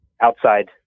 outside